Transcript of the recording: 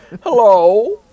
Hello